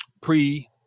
pre